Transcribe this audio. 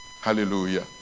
Hallelujah